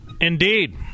Indeed